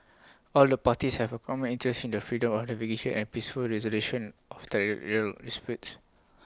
all the parties have A common interest in the freedom of navigation and peaceful resolution of territorial disputes